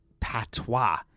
patois